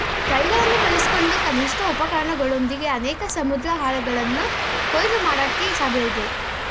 ಕೈಗಳನ್ನು ಬಳಸ್ಕೊಂಡು ಕನಿಷ್ಠ ಉಪಕರಣಗಳೊಂದಿಗೆ ಅನೇಕ ಸಮುದ್ರಾಹಾರಗಳನ್ನ ಕೊಯ್ಲು ಮಾಡಕೆ ಸಾಧ್ಯಇದೆ